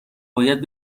باید